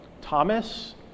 Thomas